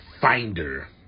finder